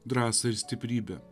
drąsą ir stiprybę